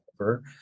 over